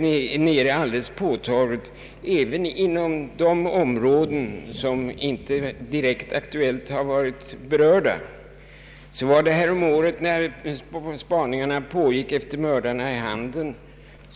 minskat påtagligt även inom områden som inte direkt varit berörda. Så var det häromåret när spaningarna pågick efter mördarna i Handen.